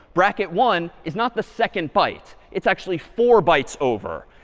bracket one is not the second byte. it's actually four bytes over.